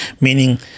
Meaning